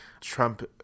Trump